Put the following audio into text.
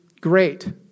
great